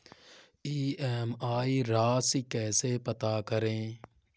EMI राशि कैसे पता करें?